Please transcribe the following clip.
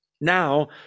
Now